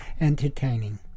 entertaining